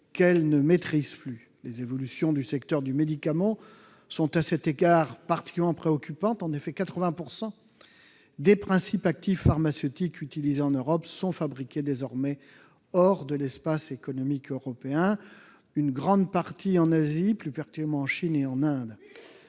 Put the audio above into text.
qu'elle ne maîtrise plus. Les évolutions du secteur du médicament sont à cet égard particulièrement préoccupantes. En effet, 80 % des principes actifs pharmaceutiques utilisés en Europe sont désormais fabriqués hors de l'espace économique européen, une grande partie en Asie, plus particulièrement en Chine et en Inde.